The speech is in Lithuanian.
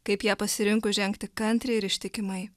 kaip ją pasirinkus žengti kantriai ir ištikimai